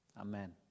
amen